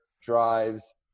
drives